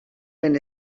ben